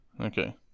Okay